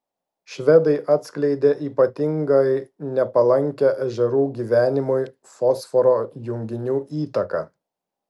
švedai atskleidė ypatingai nepalankią ežerų gyvenimui fosforo junginių įtaką